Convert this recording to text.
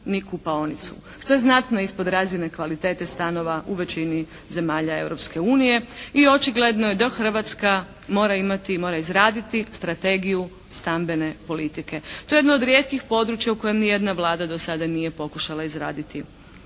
ni kupaonicu, što je znatno ispod razine kvalitete stanova u većini zemalja Europske unije. I očigledno je da Hrvatska mora imati, mora izraditi strategiju stambene politike. To je jedno od rijetkih područja u kojem ni jedna Vlada dosada nije pokušala izraditi